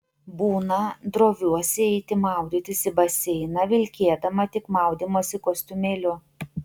būna droviuosi eiti maudytis į baseiną vilkėdama tik maudymosi kostiumėliu